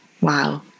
wow